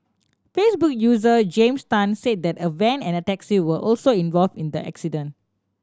Facebook user James Tan said that a van and a taxi were also involved in the accident